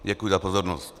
Děkuji za pozornost.